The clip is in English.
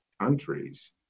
countries